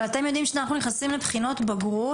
אבל תודי שאנחנו נכניסם לבחינות בגרות,